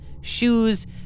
shoes